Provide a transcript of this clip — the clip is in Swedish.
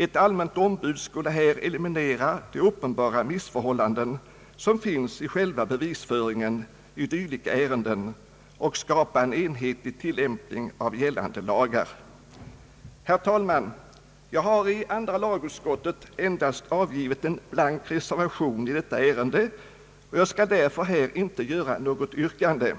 Ett allmänt ombud skulle eliminera de uppenbara missförhållanden som finns i själva bevisföringen i dylika ärenden och skapa en enhetlig tillämpning av gällande lagar. Herr talman! Jag har i andra lagutskottet endast avgivit en blank reservation i detta ärende och skall därför inte ställa något yrkande.